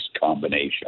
combination